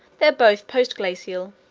they're both post-glacial.